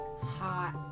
hot